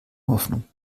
hoffnung